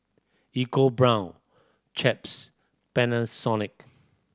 EcoBrown Chaps Panasonic